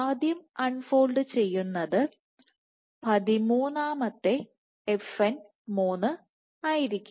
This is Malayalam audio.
ആദ്യം അൺ ഫോൾഡ്ചെയ്യുന്നത് പതിമൂന്നാമത്തെ FN III ആയിരിക്കും